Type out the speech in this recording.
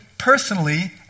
personally